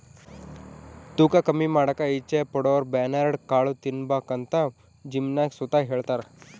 ತೂಕ ಕಮ್ಮಿ ಮಾಡಾಕ ಇಚ್ಚೆ ಪಡೋರುಬರ್ನ್ಯಾಡ್ ಕಾಳು ತಿಂಬಾಕಂತ ಜಿಮ್ನಾಗ್ ಸುತ ಹೆಳ್ತಾರ